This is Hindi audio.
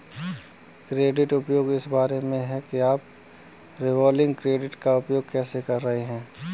क्रेडिट उपयोग इस बारे में है कि आप रिवॉल्विंग क्रेडिट का उपयोग कैसे कर रहे हैं